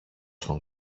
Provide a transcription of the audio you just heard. στον